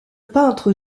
peintre